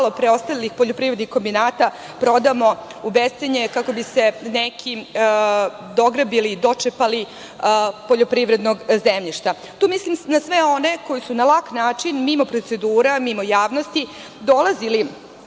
preostalih poljoprivrednih kombinata prodamo u bescenje kako bi se neki dograbili i dočepali poljoprivrednog zemljišta. Tu mislim na sve one koji su na lak način, mimo procedure, mimo javnosti dolazili